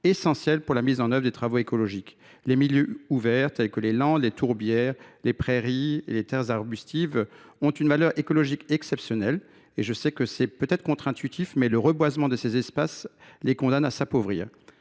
essentielle à la mise en œuvre de travaux écologiques. Les milieux ouverts, tels que les landes, les tourbières, les prairies et les terres arbustives, ont une valeur écologique exceptionnelle. C’est peut être contre intuitif, mais le reboisement les condamne à s’appauvrir.